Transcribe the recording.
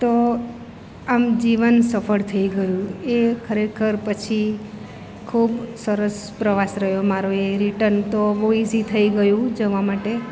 તો આમ જીવન સફળ થઈ ગયું એ ખરેખર પછી ખૂબ સરસ પ્રવાસ રહ્યો મારો રિટર્ન એ તો બહુ ઇઝી થઈ ગયું જવા માટે